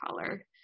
color